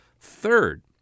Third